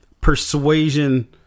Persuasion